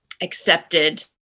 accepted